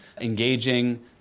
engaging